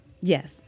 Yes